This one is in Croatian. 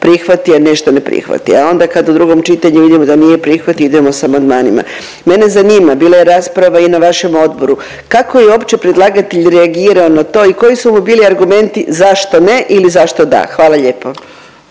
prihvati, a nešto ne prihvati, a onda kad u drugom čitanju vidimo da nije prihvatio idemo s amandmanima. Mene zanima bila je rasprava i na vašem odboru kako je uopće predlagatelj reagirao na to i koji su mu bili argumenti zašto ne ili zašto da. Hvala lijepo.